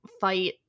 fight